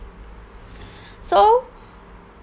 so